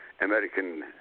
American